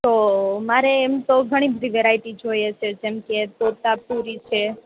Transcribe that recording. તો મારે એમ તો ઘણી બધી વેરાયટી જોઈએ જેમ કે તોતા પૂરી છે